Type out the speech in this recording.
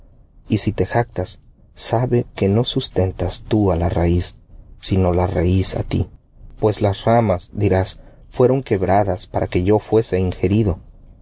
y si te jactas no sustentas tú á la raíz sino la raíz á ti pues las ramas dirás fueron quebradas para que yo fuese ingerido